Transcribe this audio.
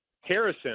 Harrison